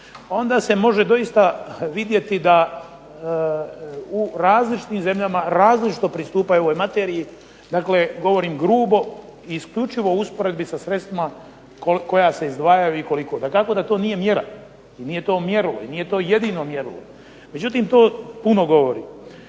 onda se može doista vidjeti da u različitim zemljama različito pristupaju ovoj materiji. Dakle, govorim grubo i isključivo u usporedbi sa sredstvima koja se izdvajaju i koliko. Dakako da to nije mjera i nije to mjerilo i nije to jedino mjerilo, međutim to puno govori.